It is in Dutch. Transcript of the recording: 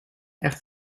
echt